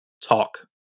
talk